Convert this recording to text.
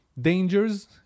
Dangers